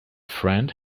friend